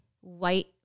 white